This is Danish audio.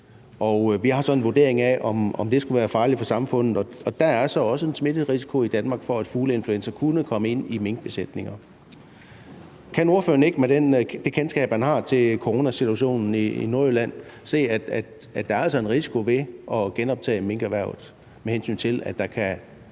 sådan en vurdering af, om det skulle være farligt for samfundet, og der er også en risiko i Danmark for, at fugleinfluenza kunne komme ind i minkbesætninger. Kan ordføreren ikke med det kendskab, han har til coronasituationen i Nordjylland, se, at der altså er en risiko ved at genoptage minkerhvervet, med hensyn til at der kan